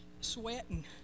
sweating